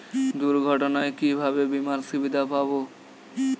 দুর্ঘটনায় কিভাবে বিমার সুবিধা পাব?